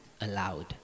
allowed